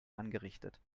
angerichtet